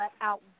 out